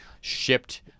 shipped